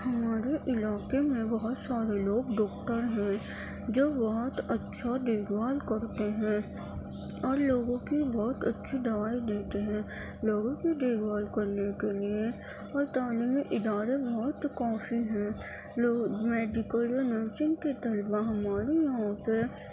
ہمارے علاقہ میں بہت سارے لوگ ڈاکٹر ہیں جو بہت اچھا دیکھ بھال کرتے ہیں اور لوگوں کی بہت اچھی دوائی دیتے ہیں لوگوں کی دیکھ بھال کرنے کے لیے وہ تعلیمی ادارے بہت کافی ہیں لوگ میڈیکل میں نرسنگ کے طلبا ہمارے یہاں پہ